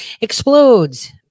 explodes